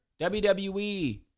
WWE